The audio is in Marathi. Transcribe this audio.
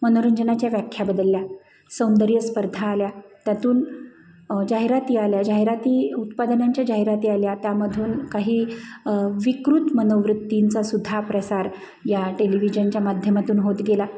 मनोरंजनाच्या व्याख्या बदलल्या सौंदर्य स्पर्धा आल्या त्यातून जाहिराती आल्या जाहिराती उत्पादनांच्या जाहिराती आल्या त्यामधून काही विकृत मनोवृत्तींचा सुद्धा प्रसार या टेलिव्हिजनच्या माध्यमातून होत गेला